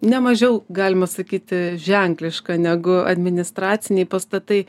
ne mažiau galima sakyti ženkliška negu administraciniai pastatai